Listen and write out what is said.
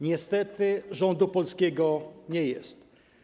Niestety rządu polskiego nie jest.